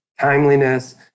timeliness